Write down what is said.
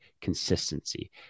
consistency